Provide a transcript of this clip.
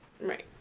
Right